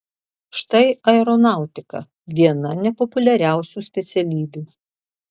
štai aeronautika viena nepopuliariausių specialybių